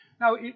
Now